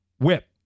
Whip